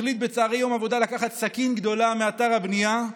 החליט בצוהרי יום עבודה לקחת סכין גדולה מאתר הבנייה,